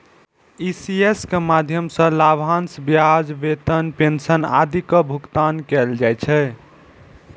ECS के माध्यम सं लाभांश, ब्याज, वेतन, पेंशन आदिक भुगतान कैल जाइ छै